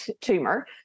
tumor